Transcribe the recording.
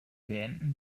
beenden